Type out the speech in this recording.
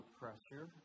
pressure